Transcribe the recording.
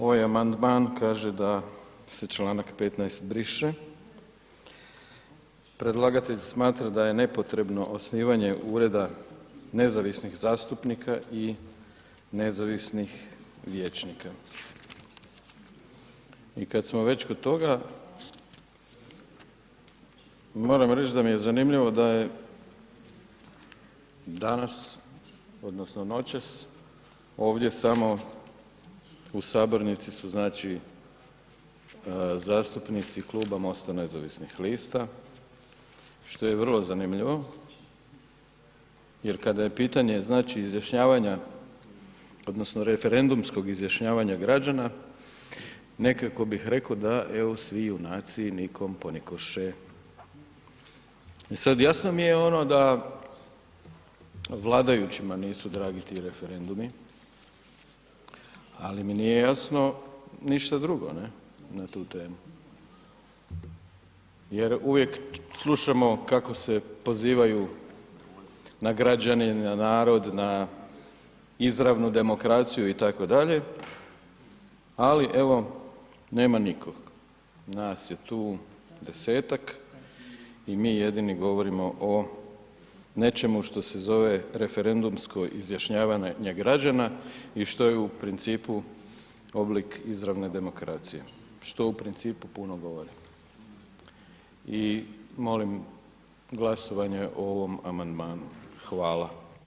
Ovaj amandman kaže da se čl. 15. briše, predlagatelj smatra da je nepotrebno osnivanje ureda nezavisnih zastupnika i nezavisnih vijećnika i kad smo već kod toga, moram reći da mi je zanimljivo da je danas odnosno noćas ovdje samo u Sabornici su, znači, zastupnici Kluba MOST-a nezavisnih lista, što je vrlo zanimljivo jer kada je pitanje, znači, izjašnjavanja odnosno referendumskog izjašnjavanja građana, nekako bih rekao da evo svi u naciji nikom ponikoše, i sad jasno mi je da vladajućima nisu dragi ti referendumi, ali mi nije jasno ništa drugo na tu temu jer uvijek slušamo kako se pozivaju na građanina, na narod, na izravnu demokraciju itd., ali evo nema nikog, nas je tu 10-tak i mi jedini govorimo o nečemu što se zove referendumsko izjašnjavanje građana i što je u principu oblik izravne demokracije, što u principu puno govori i molim glasovanje o ovom amandmanu, hvala.